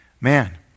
man